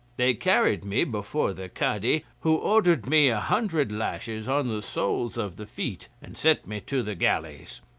they carried me before the cadi, who ordered me a hundred lashes on the soles of the feet and sent me to the galleys.